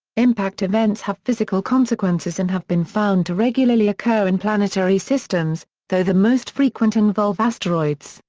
impact events have physical consequences and have been found to regularly occur in planetary systems, though the most frequent involve asteroids,